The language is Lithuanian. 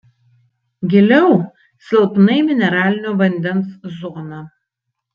giliau silpnai mineralinio vandens zona